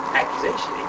accusation